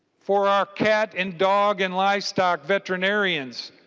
for our cat and dog and livestock veterinarians.